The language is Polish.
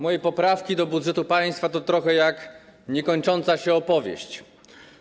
Moje poprawki do budżetu państwa to trochę jak niekończąca się opowieść.